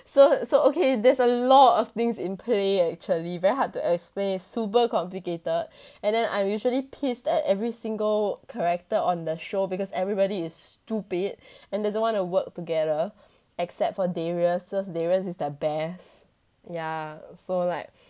so so okay there's a lot of things in play actually very hard to explain it's super complicated and then I'm usually pissed at every single character on the show because everybody is stupid and doesn't want to work together except for darius darius is the best ya so like